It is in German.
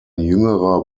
jüngerer